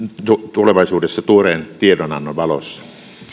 tulevaisuudessa tuoreen tiedonannon valossa